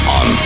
on